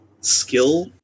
skill